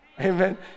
Amen